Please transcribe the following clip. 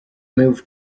moved